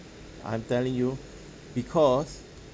i'm telling you because